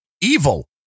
evil